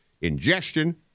Ingestion